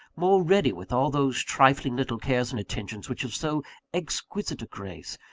more ready with all those trifling little cares and attentions which have so exquisite a grace,